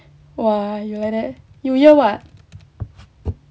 !wah! you like that you year what